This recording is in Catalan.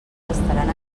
estaran